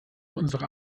unsere